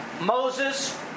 Moses